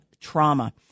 trauma